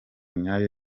nyayo